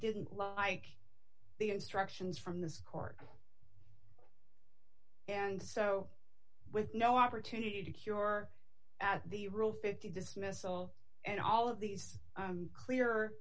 didn't like the instructions from this court and so with no opportunity to cure or at the rule fifty dismissal and all of these clear